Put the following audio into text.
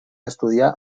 estudiar